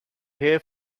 hair